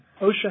OSHA